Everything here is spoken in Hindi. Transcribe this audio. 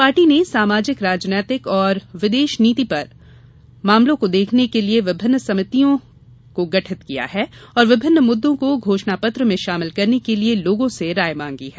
पार्टी ने सामाजिक राजनीतिक और विदेश नीति पर मामलों को देखने के लिये विभिन्न समितियों को गठित किया है और विभिन्न मुदों को घोषणा पत्र में शामिल करने के लिये लोगों से राय मांगी है